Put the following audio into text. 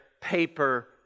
paper